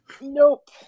Nope